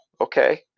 okay